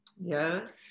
Yes